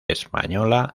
española